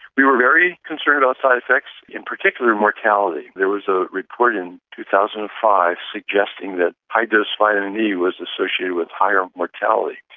we were very concerned about side-effects, in particular mortality. there was a report in two thousand and five suggesting that high-dose vitamin e was associated with higher mortality,